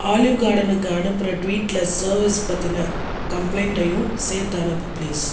olive கார்டனிற்கு அனுப்புகிற ட்வீட்டில் செர்விஸ் பற்றிய கம்ப்ளைண்ட்டையும் சேர்த்து அனுப்பு ப்ளீஸ்